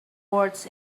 words